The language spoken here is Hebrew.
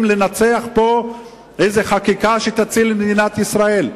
לנסח פה איזו חקיקה שתציל את מדינת ישראל.